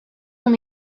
long